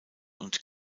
und